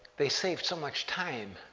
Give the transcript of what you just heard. they saved so much time,